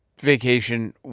vacation